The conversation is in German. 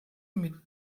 mit